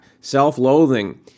self-loathing